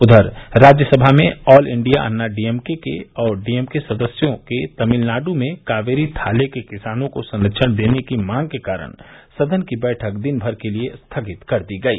उधर राज्यसभा में all India Anna DMK और डीएमके सदस्यों के तमिलनाड् में कावेरी थाले के किसानों को संरक्षण देने की मांग के कारण सदन की बैठक दिन भर के लिए स्थगित कर दी गई